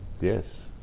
Yes